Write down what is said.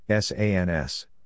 SANS